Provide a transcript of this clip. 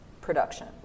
production